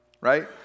right